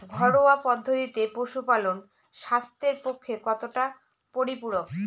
ঘরোয়া পদ্ধতিতে পশুপালন স্বাস্থ্যের পক্ষে কতটা পরিপূরক?